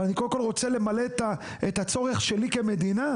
אבל אני קודם כל רוצה למלא את הצורך שלי כמדינה.